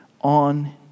on